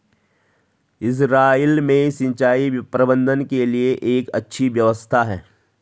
Israel में सिंचाई प्रबंधन के लिए एक अच्छी व्यवस्था है